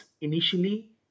initially